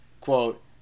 quote